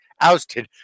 ousted